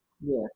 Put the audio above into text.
Yes